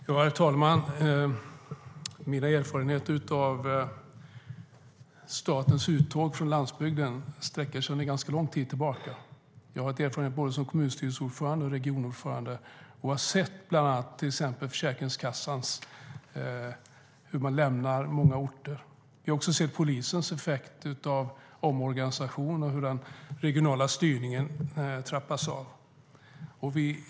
Herr talman! Mina erfarenheter av statens uttåg från landsbygden sträcker sig ganska lång tid tillbaka. Jag har erfarenhet både som kommunstyrelseordförande och regionordförande och har sett bland annat hur Försäkringskassan lämnar många orter. Jag har också sett effekter av polisens omorganisation och hur den regionala styrningen trappas av.